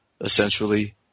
essentially